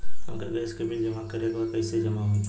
हमके गैस के बिल जमा करे के बा कैसे जमा होई?